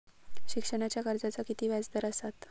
शिक्षणाच्या कर्जाचा किती व्याजदर असात?